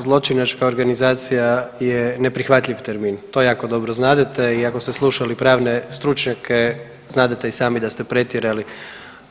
Zločinačka organizacija je neprihvatljiv termin to jako dobro znadete i ako ste slušali pravne stručnjake znadete i sami da ste pretjerali,